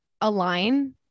align